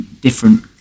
different